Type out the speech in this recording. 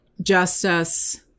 Justice